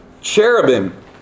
cherubim